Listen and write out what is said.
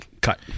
cut